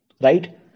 Right